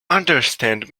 understand